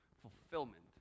fulfillment